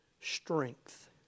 strength